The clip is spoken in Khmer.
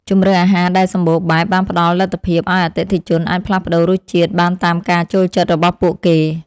ជម្រើសអាហារដែលសម្បូរបែបបានផ្តល់លទ្ធភាពឱ្យអតិថិជនអាចផ្លាស់ប្តូររសជាតិបានតាមការចូលចិត្តរបស់ពួកគេ។